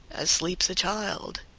as sleeps a child.